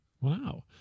Wow